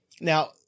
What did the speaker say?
Now